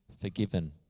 forgiven